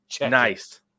Nice